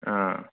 ആ